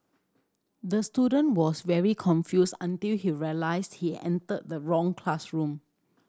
the student was very confused until he realised he entered the wrong classroom